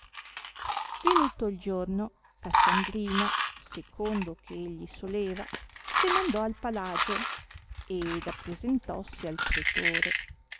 venuto il giorno cassandrino secondo che egli soleva se n'andò al palagio ed appresentossi al pretore